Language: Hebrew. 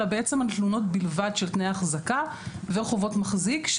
אלא בעצם על תלונות בלבד של תנאי החזקה וחובות מחזיק.